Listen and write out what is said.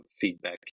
feedback